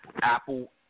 Apple